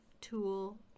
tool